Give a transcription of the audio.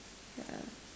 ya